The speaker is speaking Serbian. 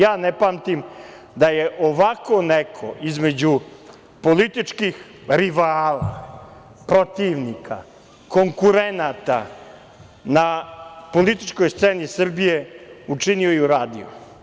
Ja ne pamtim da je ovako neko, između političkih rivala, protivnika, konkurenata na političkoj sceni Srbije, učinio i uradio.